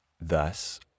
thus